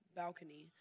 balcony